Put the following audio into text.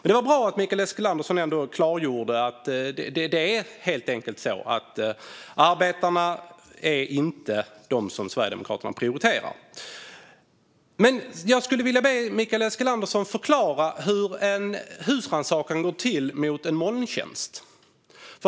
Det var bra att Mikael Eskilandersson ändå klargjorde att det helt enkelt är så att Sverigedemokraterna inte prioriterar arbetarna. Jag skulle vilja be Mikael Eskilandersson förklara hur en husrannsakan går till mot en molntjänst.